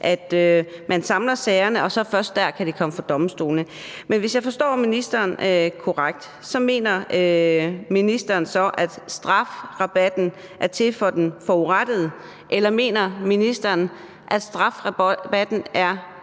at man samler sagerne, og så først der kan det komme for domstolene. Men hvis jeg forstår ministeren korrekt, mener ministeren så, at strafrabatten er til for den forurettedes skyld, eller mener ministeren, at strafrabatten er